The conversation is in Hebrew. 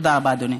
תודה רבה, אדוני.